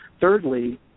Thirdly